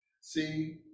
See